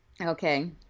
okay